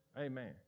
Amen